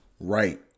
right